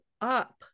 up